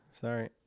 Sorry